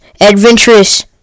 Adventurous